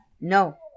No